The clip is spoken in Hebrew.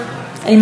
אינו נוכח,